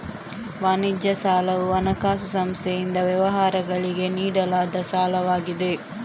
ವಾಣಿಜ್ಯ ಸಾಲವು ಹಣಕಾಸು ಸಂಸ್ಥೆಯಿಂದ ವ್ಯವಹಾರಗಳಿಗೆ ನೀಡಲಾದ ಸಾಲವಾಗಿದೆ